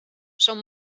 són